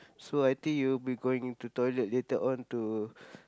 so I think you'll be going to toilet later on to